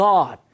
God